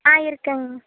ஆ இருக்கங்